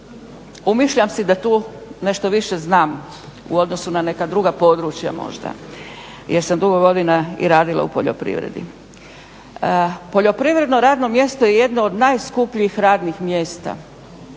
Umišljam si da tu nešto više znam u odnosu na neka druga područja možda jer sam dugo godina i radila u poljoprivredi. Poljoprivredno radno mjesto je jedno od najskupljih radnih mjesta,